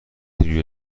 روی